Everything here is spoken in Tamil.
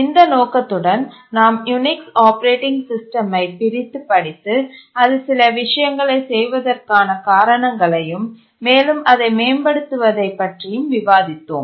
இந்த நோக்கத்துடன் நாம் யூனிக்ஸ் ஆப்பரேட்டிங் சிஸ்டமை பிரித்து படித்து அது சில விஷயங்களைச் செய்வதற்கான காரணங்களையும் மேலும் அதை மேம்படுத்துவதை பற்றியும் விவாதிப்போம்